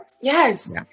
Yes